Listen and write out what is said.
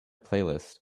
playlist